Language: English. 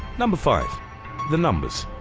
number five the numbers